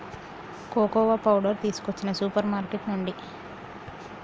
cocoa powder తీసుకొచ్చిన supermarket నుండి